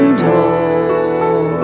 door